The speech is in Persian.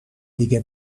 دیگه